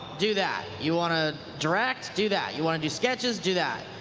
do that. you want to direct, do that. you want to do sketches, do that.